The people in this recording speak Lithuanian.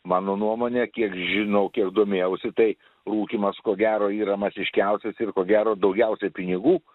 mano nuomone kiek žinau kiek domėjausi tai rūkymas ko gero yra masiškiausias ir ko gero daugiausiai pinigų